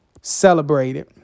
celebrated